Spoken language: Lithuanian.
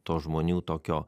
to žmonių tokio